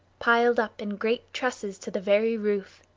piled up in great trusses to the very roof.